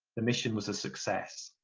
the mission was a success.